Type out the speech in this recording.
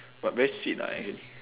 but very sweet lah actually